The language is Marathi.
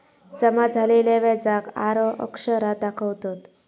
जमा झालेल्या व्याजाक आर अक्षरात दाखवतत